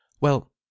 Well